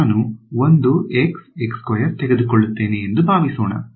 ನಾನು ತೆಗೆದುಕೊಳ್ಳುತ್ತೇನೆ ಎಂದು ಭಾವಿಸೋಣ